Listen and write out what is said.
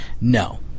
No